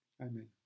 Amen